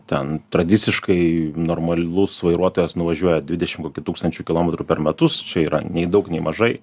ten tradiciškai normalus vairuotojas nuvažiuoja dvidešim kokį tūkstančių kilometrų per metus čia yra nei daug nei mažai